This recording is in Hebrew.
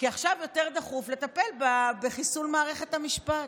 כי עכשיו יותר דחוף לטפל בחיסול מערכת המשפט,